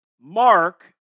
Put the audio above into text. Mark